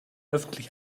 öffentlich